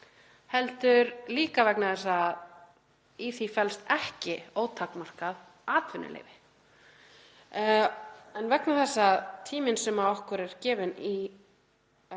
heldur líka vegna þess að í því felst ekki ótakmarkað atvinnuleyfi. En vegna þess að tíminn sem okkur er gefinn í